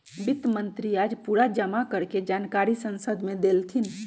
वित्त मंत्री आज पूरा जमा कर के जानकारी संसद मे देलथिन